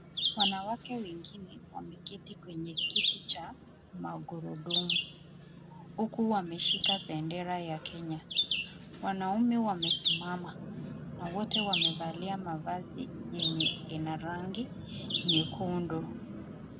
Wanawake wengine wameketi kwenye kiti cha magurudumu, huku wameshika bendera ya Kenya. Wanaume wamesimama na wote wamevalia mavazi yenye ina rangi nyekundu.